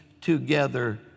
together